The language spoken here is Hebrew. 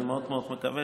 אני מאוד מאוד מקווה,